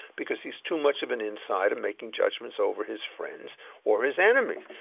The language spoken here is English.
because he's too much of an insider making judgements over his friends or his enemies,